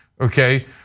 okay